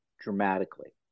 dramatically